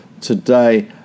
today